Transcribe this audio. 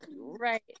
right